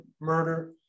murder